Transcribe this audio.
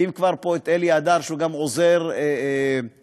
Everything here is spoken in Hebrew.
ואם כבר פה, את אלי הדר, שהוא גם עוזר, מבקר,